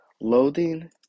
Loathing